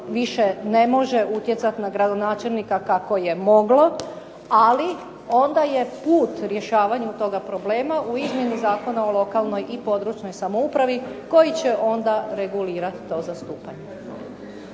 ne može utjecati na gradonačelnika onako kako je moglo, ali onda je put rješavanju toga problema u izmjeni Zakona o lokalnoj i područnoj samoupravi koji će onda regulirati to zastupanje.